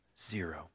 Zero